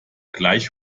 gleich